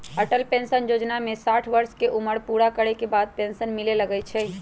Atal pension Yojana में साठ वर्ष के उमर पूरा करे के बाद पेन्सन मिले लगैए छइ